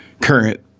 current